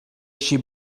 she